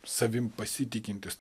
savim pasitikintys